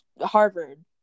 Harvard